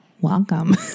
Welcome